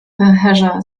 pęcherza